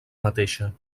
mateixa